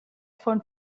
von